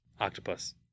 Octopus